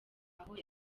aho